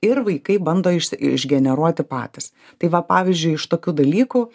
ir vaikai bando išsi išgeneruoti patys tai va pavyzdžiui iš tokių dalykų